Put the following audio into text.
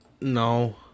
No